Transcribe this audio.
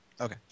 Okay